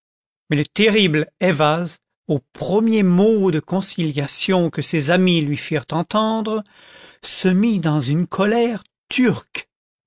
mais le terrible ayvaz aux premiers mots d conciliation que ses amis lui firent entendre se mit dans une colère turque